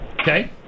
Okay